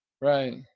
Right